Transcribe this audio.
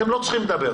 אתם לא צריכים לדבר.